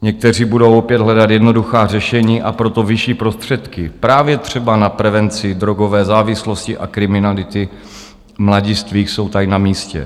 Někteří budou opět hledat jednoduchá řešení, a proto vyšší prostředky právě třeba na prevenci drogové závislosti a kriminality jsou tady namístě.